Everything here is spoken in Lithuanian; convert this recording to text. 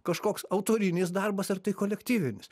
kažkoks autorinis darbas ar tai kolektyvinis